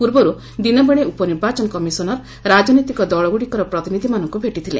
ପୂର୍ବରୁ ଦିନବେଳେ ଉପନିର୍ବାଚନ କମିଶନର ରାଜନୈତିକ ଦଳଗୁଡିକର ପ୍ରତିନିଧିମାନଙ୍କୁ ଭେଟିଥିଲେ